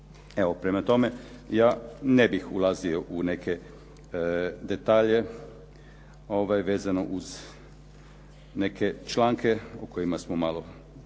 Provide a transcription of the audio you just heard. prema tome, ja ne bih ulazio u neke detalje vezano uz neke članke o kojima smo malo